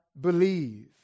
believe